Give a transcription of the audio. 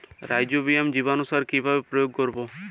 Rhizobium জীবানুসার কিভাবে প্রয়োগ করব?